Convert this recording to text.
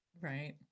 right